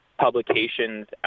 publications